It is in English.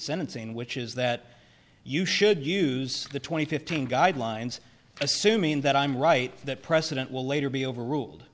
sentencing which is that you should use the twenty fifteen guidelines assuming that i'm right that precedent will later be